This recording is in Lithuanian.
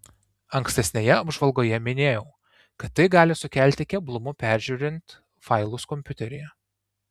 ankstesnėje apžvalgoje minėjau kad tai gali sukelti keblumų peržiūrint failus kompiuteryje